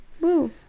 Woo